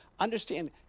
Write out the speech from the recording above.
Understand